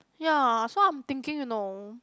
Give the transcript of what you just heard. ya so I'm thinking you know